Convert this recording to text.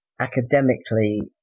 Academically